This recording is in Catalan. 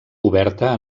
oberta